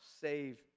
save